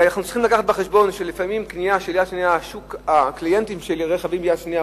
ואנחנו צריכים להביא בחשבון שלפעמים קנייה של רכב יד-שנייה,